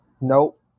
Nope